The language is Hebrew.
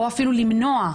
או אפילו למנוע,